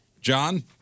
John